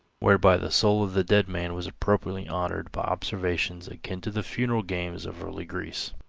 whereby the soul of the dead man was appropriately honored by observances akin to the funeral games of early greece.